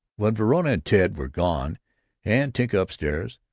when verona and ted were gone and tinka upstairs,